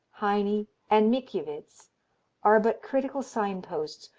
heine and mickiewicz are but critical sign-posts,